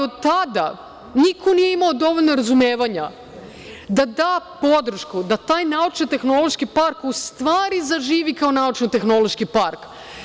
Od tada niko nije imao dovoljno razumevanja da da podršku da taj Naučno-tehnološki park kao Naučno-tehnološki park.